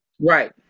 right